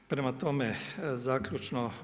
Prema tome zaključno.